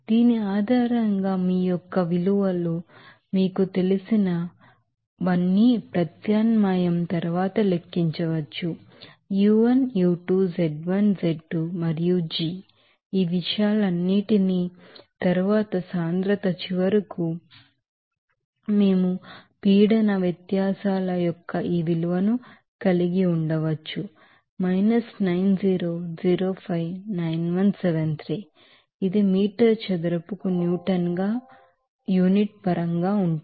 దీని ఆధారంగా మీ యొక్క విలువలు మీకు తెలిసిన వన్నీ ప్రత్యామ్నాయం తరువాత లెక్కించవచ్చు u1 u2 z1 z2 మరియు g ఈ విషయాలన్నింటినీ మరియు తరువాత డెన్సిటీ చివరకు మేము ప్రెషర్ డిఫరెన్స్ యొక్క ఈ విలువను కలిగి ఉండవచ్చు 90059173 ఇది మీటర్ చదరపుకు న్యూట్రాన్ గా యూనిట్ పరంగా ఉంటుంది